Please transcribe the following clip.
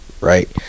Right